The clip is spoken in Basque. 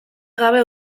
gabe